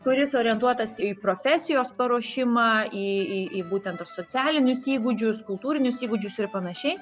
kuris orientuotas į profesijos paruošimą į į būtent ir socialinius įgūdžius kultūrinius įgūdžius ir panašiai